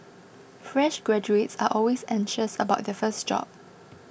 fresh graduates are always anxious about their first job